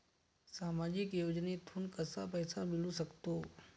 सामाजिक योजनेतून कसा पैसा मिळू सकतो?